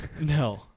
No